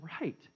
right